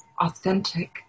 authentic